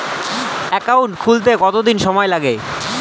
Account খুলতে কতদিন সময় লাগে?